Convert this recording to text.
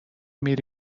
میری